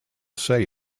say